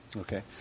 Okay